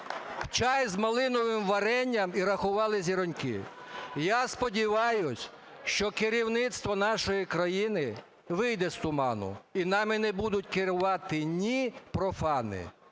чай з малиновим варенням і рахували зіроньки. Я сподіваюсь, що керівництво нашої країни вийде з туману, і нами не будуть керувати ні профани,